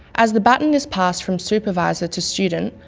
as the baton is passed from supervisor to student,